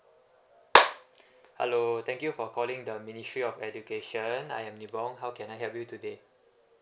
hello thank you for calling the ministry of education I ni bong how can I help you today